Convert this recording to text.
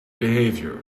behavior